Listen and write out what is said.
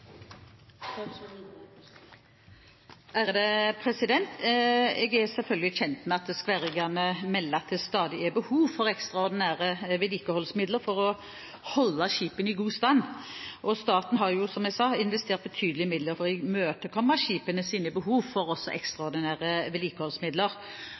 kommentere dette? Jeg er selvfølgelig kjent med at skværriggerne melder at det stadig er behov for ekstraordinære vedlikeholdsmidler for å holde skipene i god stand, og staten har – som jeg sa – investert betydelige midler for å imøtekomme skipenes behov for ekstraordinære vedlikeholdsmidler.